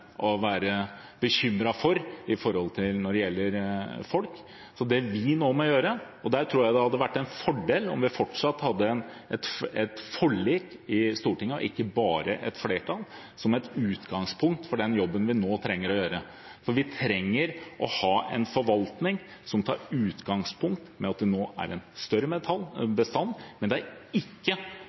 å være bekymret for når det gjelder folk. Jeg tror det hadde vært en fordel om vi fortsatt hadde et forlik i Stortinget – og ikke bare et flertall – som utgangspunkt for den jobben vi nå trenger å gjøre. Vi trenger å ha en forvaltning som tar utgangspunkt i at det nå er en større bestand. Men det er ikke